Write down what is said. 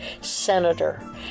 senator